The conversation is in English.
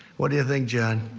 what do you think, john?